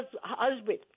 husband